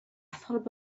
thought